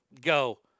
go